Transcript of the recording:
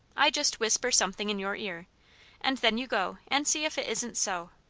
i just whisper something in your ear and then you go and see if it isn't so.